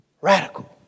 Radical